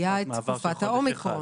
הייתה את תקופה האומיקרון.